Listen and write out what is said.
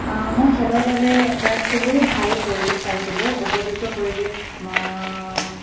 মই খেলৰ বাবে এটা খুবেই ভাল পৰিৱেশ পাইছিলোঁ উপযুক্ত পৰিৱেশ